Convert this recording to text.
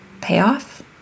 payoff